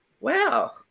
Wow